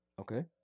Okay